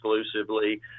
exclusively